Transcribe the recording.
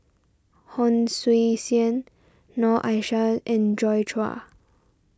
Hon Sui Sen Noor Aishah and Joi Chua